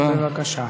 בבקשה.